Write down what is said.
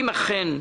אם אכן,